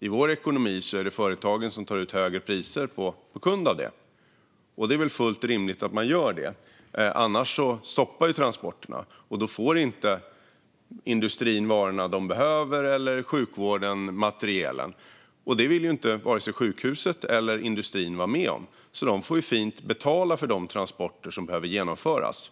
i vår ekonomi att det är företagen som tar ut högre priser hos kund för det. Det är väl fullt rimligt att man gör det, för annars stoppas ju transporterna. Då får inte industrin varorna som de behöver eller sjukvården materialen. Det vill varken sjukhusen eller industrin vara med om, så de får fint betala för de transporter som behöver genomföras.